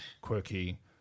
quirky